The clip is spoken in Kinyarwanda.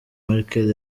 merkel